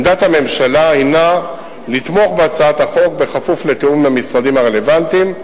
עמדת הממשלה הינה לתמוך בהצעת החוק בכפוף לתיאום עם המשרדים הרלוונטיים.